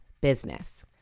business